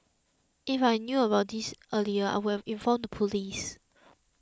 if I knew about this earlier I would have informed the police